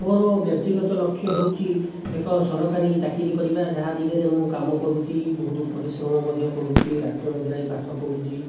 ମୋର ବ୍ୟକ୍ତିଗତ ଲକ୍ଷ୍ୟ ହେଉଛି ଏକ ସରକାରୀ ଚାକିରି କରିବା ଯାହା ଦିଗରେ ମୁଁ କାମ କରୁଛି ବହୁତ ପରିଶ୍ରମ ମଧ୍ୟ କରୁଛି ରାତି ଅନିଦ୍ରା ହୋଇ ପାଠ ପଢ଼ୁଛି